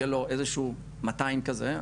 יהיה לו איזשהו 200 כזה,